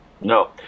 no